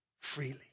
freely